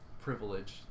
privilege